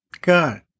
God